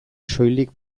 soilik